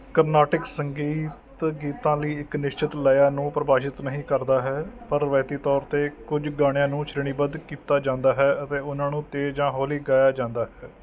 ਕਰਨਾਟਕ ਸੰਗੀਤ ਗੀਤਾਂ ਲਈ ਇੱਕ ਨਿਸ਼ਚਿਤ ਲਯਾ ਨੂੰ ਪਰਿਭਾਸ਼ਿਤ ਨਹੀਂ ਕਰਦਾ ਹੈ ਪਰ ਰਵਾਇਤੀ ਤੌਰ 'ਤੇ ਕੁਝ ਗਾਣਿਆਂ ਨੂੰ ਸ਼੍ਰੇਣੀਬੱਧ ਕੀਤਾ ਜਾਂਦਾ ਹੈ ਅਤੇ ਉਨ੍ਹਾਂ ਨੂੰ ਤੇਜ਼ ਜਾਂ ਹੌਲੀ ਗਾਇਆ ਜਾਂਦਾ ਹੈ